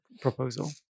proposal